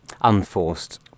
unforced